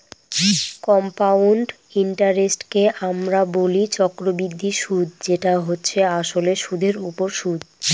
compound ইন্টারেস্টকে আমরা বলি চক্রবৃদ্ধি সুদ যেটা হচ্ছে আসলে সুধের ওপর সুদ